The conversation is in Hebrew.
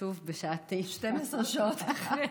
שוב בשעה 21:00. 12 שעות אחרי.